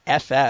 FF